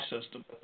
system